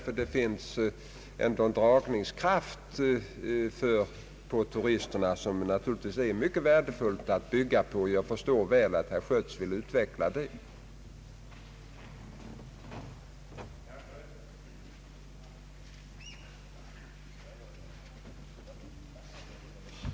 Öland har en dragningskraft på turister som det naturligtvis är mycket värdefullt att bygga vidare på. Jag förstår väl att herr Schött vill utveckla dessa möjligheter.